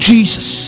Jesus